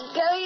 go